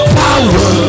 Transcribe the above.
power